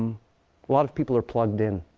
lot of people are plugged in.